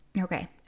Okay